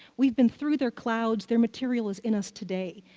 we've been through their clouds, their material is in us today.